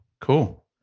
cool